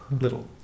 little